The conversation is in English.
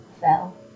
fell